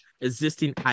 existing